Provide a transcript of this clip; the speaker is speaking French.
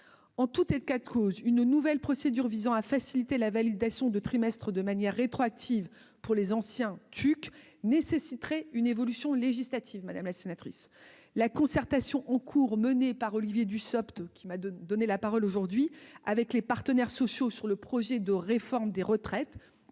en tout et de quatre cause une nouvelle procédure visant à faciliter la validation de trimestres de manière rétroactive pour les anciens TUC nécessiterait une évolution législative, madame la sénatrice la concertation en cours menée par Olivier Dussopt qui m'a donné la parole aujourd'hui avec les partenaires sociaux sur le projet de réforme des retraites